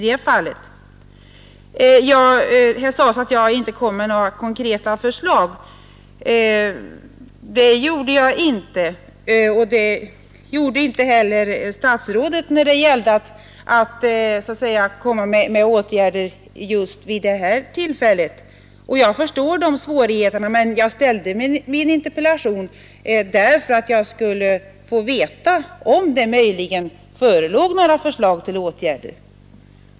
Här sades att jag inte kom med några konkreta förslag. Det gjorde jag inte, och det gjorde inte heller statsrådet när det gällde åtgärder just vid det här tillfället. Jag förstår svårigheterna, men jag framställde min interpellation för att jag skulle få veta om det möjligen förelåg några förslag till åtgärder.